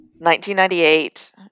1998